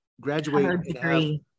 graduate